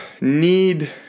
need